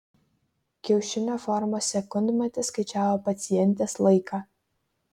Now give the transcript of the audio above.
kiaušinio formos sekundmatis skaičiavo pacientės laiką